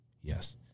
yes